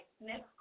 Next